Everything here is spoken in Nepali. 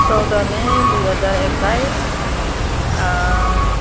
चौध मे दुई हजार एक्काइस